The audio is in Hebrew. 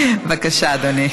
בבקשה, אדוני.